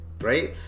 right